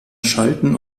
schalten